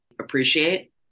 Appreciate